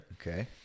Okay